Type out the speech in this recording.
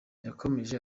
yakomeje